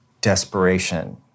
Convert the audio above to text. desperation